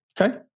Okay